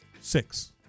six